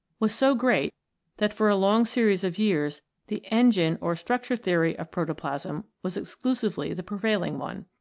was so great that for a long series of years the engine or structure-theory of protoplasm was exclusively the prevailing one.